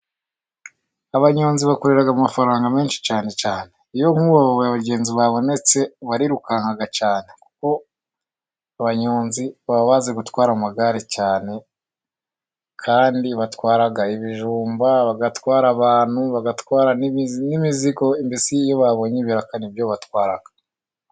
Abanyonzi bakorera amafaranga menshi cyane cyane. Iyo nk'ubu abagenzi babonetse， barirukanka cyane，kuko abanyonzi baba bazi gutwara amagare cyane， kandi batwara ibijumba， bagatwara abantu，bagatwara n'imizigo，mbese iyo babonye ibiraka，nibyo batwara.